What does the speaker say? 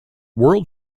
world